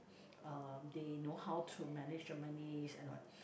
um they know how to manage the moneys and what